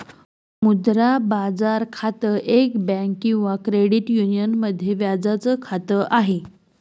मुद्रा बाजार खातं, एक बँक किंवा क्रेडिट युनियन मध्ये व्याजाच खात आहे